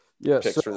Yes